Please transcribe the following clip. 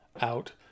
out